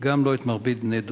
וגם לא את מרבית בני-דודי.